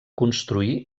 construir